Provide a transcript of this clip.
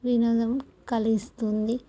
వినోదం కలిగిస్తుంది